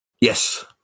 Yes